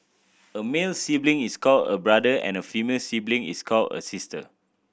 a male sibling is called a brother and a female sibling is called a sister